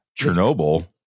Chernobyl